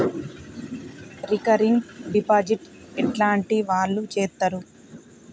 Recurring deposit ఎట్లాంటి వాళ్లు చేత్తరు?